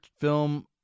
film